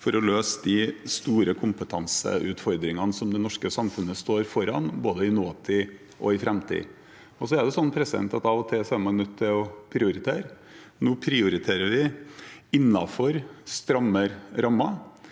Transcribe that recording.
for å løse de store kompetanseutfordringene det norske samfunnet står foran, både i nåtid og i framtid. Det er sånn at man av og til er nødt til å prioritere. Nå prioriterer vi innenfor strammere rammer,